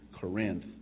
corinth